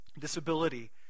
disability